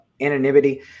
anonymity